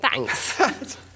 Thanks